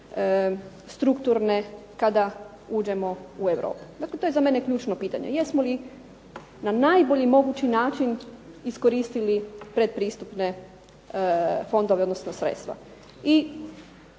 strukturne kada uđemo u Europu. Dakle, to je za mene ključno pitanje, jesmo li na najbolji mogući način iskoristili predpristupne fondove, odnosno sredstva?